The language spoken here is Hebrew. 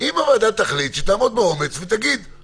אם הוועדה תחליט, שתעמוד באומץ ותגיד: לא.